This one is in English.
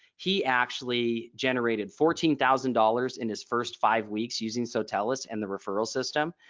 he actually generated fourteen thousand dollars in his first five weeks using sotellus and the referral system.